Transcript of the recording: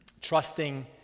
trusting